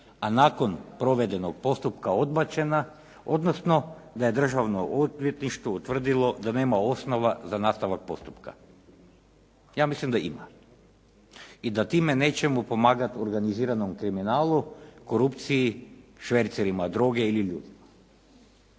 a nakon provedenog postupka odbačena, odnosno da je državno odvjetništvo utvrdilo da nema osnova za nastavak postupka? Ja mislim da ima. I da time nećemo pomagati organiziranom kriminalu, korupciji, švercerima droge ili ljudima.